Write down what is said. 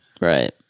Right